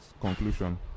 conclusion